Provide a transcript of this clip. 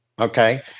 okay